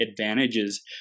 advantages